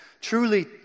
truly